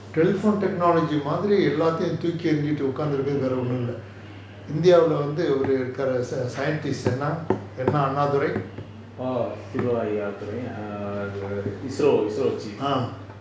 orh siva aiyathurai is chief